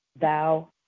thou